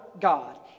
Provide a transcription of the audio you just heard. God